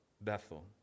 Bethel